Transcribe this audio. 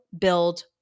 build